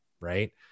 right